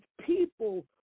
people